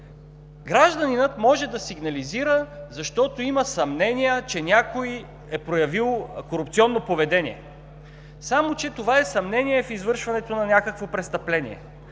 Гражданинът може да сигнализира, защото има съмнения, че някой е проявил корупционно поведение. Само че това е съмнение в извършване на някакво престъпление.